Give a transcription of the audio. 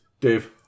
Dave